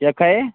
केह् आक्खा दे